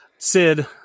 Sid